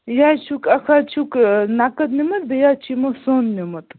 یہِ حظ چھُکھ اَکھ حظ چھُکھ نَقٕد نِمٕژ بیٚیہِ حظ چھُ یِمو سۅن نِمُت